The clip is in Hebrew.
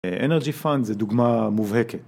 אנרגי פאנט זה דוגמה מובהקת